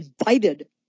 invited